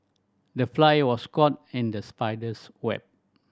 the fly was caught in the spider's web